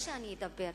לא שאני אדבר,